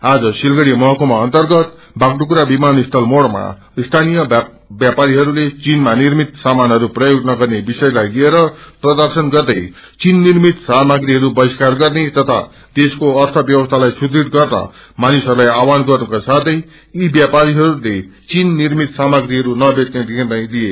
आज सिलगड़ी महकुमा अन्नगत बाषडुग्रा विमान स्थल मोड़मा सीनीय व्यापारीहरूले चीनमा निर्मित समामानहरू प्रयोग नगर्ने विषयलाई लिएर प्रर्दशन गर्दे चीन निर्मित सामा्रीहरू बहिष्क्रर गर्ने तथा देशको अध्र व्यवस्थालाई सुदुह गर्न मानिसहरूलाई आवहान गर्नुका साथै यी व्यापीहरूले चीन निर्मित सामाग्रीहरू नबेघ्ने निर्णय लिए